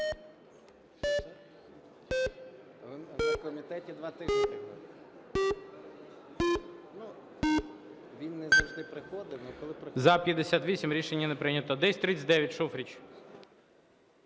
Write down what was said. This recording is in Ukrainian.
За-58 Рішення не прийнято. 1039, Шуфрич.